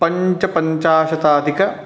पञ्चपञ्चाशताधिक